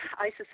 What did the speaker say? ISIS